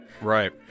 Right